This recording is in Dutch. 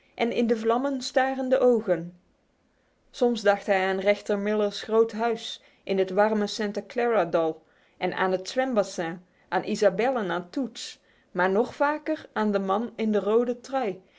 en in de vlammen starende ogen soms dacht hij aan rechter miller's grote huis in het warme santa clara dal en aan het zwembassin aan ysabel en aan toots maar nog vaker aan den man in de rode trui